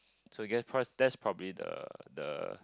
so guess price that's probably the the